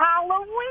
Halloween